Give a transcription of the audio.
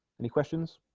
any questions